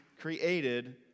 created